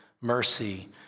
mercy